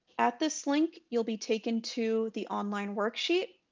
at this link you'll be taken to the online worksheet.